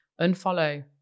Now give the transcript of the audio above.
unfollow